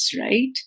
right